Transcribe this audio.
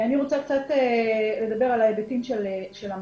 אני רוצה לדבר על ההיבטים של המפעיל,